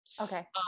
Okay